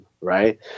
right